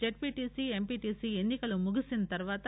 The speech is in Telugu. జెడ్పీటీసీ ఎంపీటీసీ ఎన్ని కలు ముగిసిన తర్వాత